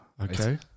Okay